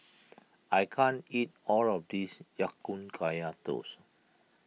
I can't eat all of this Ya Kun Kaya Toast